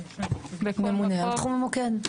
ממונה על תחום המוקד,